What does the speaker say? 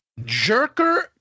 Jerker